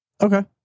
Okay